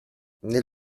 nel